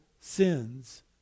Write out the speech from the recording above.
sins